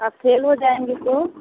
आप फैल हो जाएँगी तो